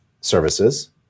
services